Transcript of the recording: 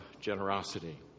generosity